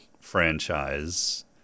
franchise